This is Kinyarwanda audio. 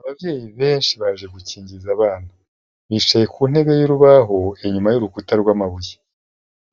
Ababyeyi benshi baje gukingiza abana, bicaye ku ntebe y'urubaho inyuma y'urukuta rw'amabuye,